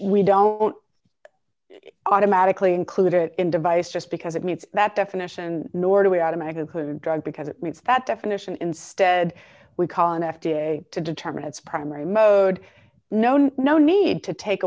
we don't automatically include it in device just because it meets that definition nor do we automatically drug because it meets that definition instead we call an f d a to determine its primary mode known no need to take